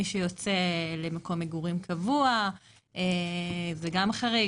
מי שיוצא למקום מגורים קבוע זה גם חריג,